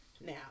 now